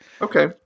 Okay